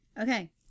okay